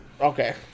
Okay